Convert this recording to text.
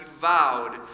vowed